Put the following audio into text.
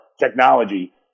technology